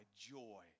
joy